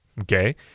Okay